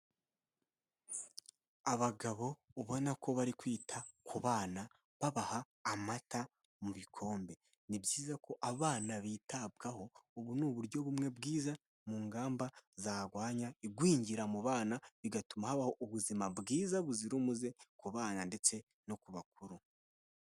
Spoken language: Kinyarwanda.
Abagabo ubona ko bari kwita ku bana babaha amata mu bikombe, ni byiza ko abana bitabwaho, ubu ni uburyo bumwe bwiza mu ngamba zarwanya igwingira mu bana, bigatuma habaho ubuzima bwiza buzira umuze ku bana ndetse no ku bakuru.